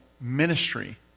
ministry